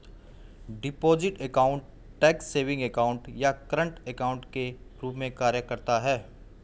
deposit account tax savings account या current account के रूप में कार्य करता है